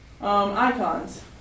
Icons